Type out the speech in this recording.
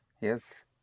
yes